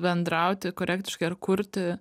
bendrauti korektiškai ar kurti